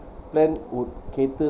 plan would catered